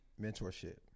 mentorship